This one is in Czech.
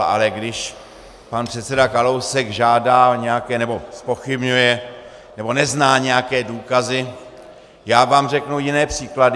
Ale když pan předseda Kalousek žádá o nějaké nebo zpochybňuje nebo nezná nějaké důkazy, já vám řeknu jiné příklady.